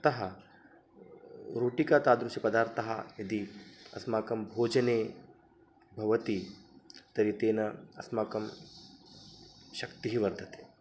अतः रोटिका तादृशपदार्थाः यदि अस्माकं भोजने भवन्ति तर्हि तेन अस्माकं शक्तिः वर्धते